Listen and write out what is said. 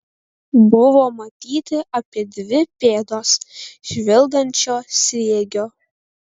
buvo matyti apie dvi pėdos žvilgančio sriegio